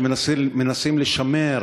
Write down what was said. שמנסים לשמר